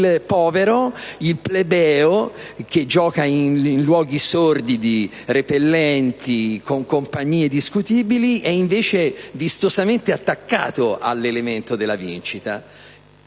il povero, il plebeo che gioca in luoghi sordidi, repellenti, con compagnie discutibili è invece vistosamente attaccato all'elemento della vincita,